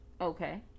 okay